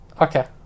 Okay